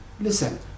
listen